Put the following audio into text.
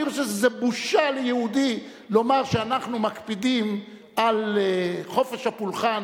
אני חושב שזו בושה ליהודי לומר שאנחנו מקפידים על חופש הפולחן